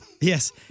Yes